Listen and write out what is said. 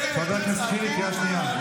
חבר הכנסת שירי, קריאה שנייה.